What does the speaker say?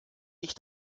ich